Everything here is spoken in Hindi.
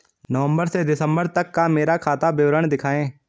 नवंबर से दिसंबर तक का मेरा खाता विवरण दिखाएं?